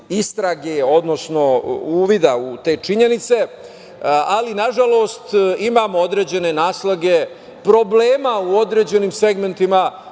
odnosno uvida u te činjenice, ali nažalost, imamo određene naslage problema u određenim segmentima